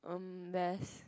erm Math